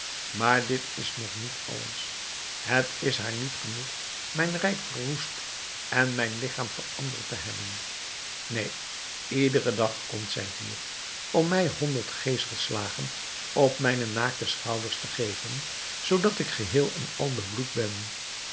maar dit is nog niet alles het is haar niet genoeg mijn rijk verwoest en mijn ligchaam veranderd te hebben neen iederen dag komt zij hier om mij honderd geeselslagen op mijne naakte schouders te geven zoodat ik geheel en al bebloed ben